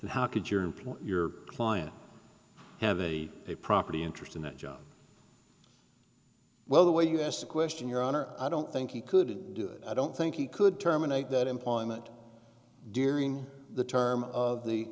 employment how could your employer your client have a a property interest in that job well the way you asked the question your honor i don't think he could do it i don't think he could terminate that employment during the term of the